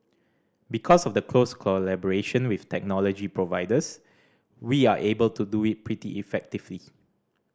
because of the close collaboration with technology providers we are able to do it pretty effectively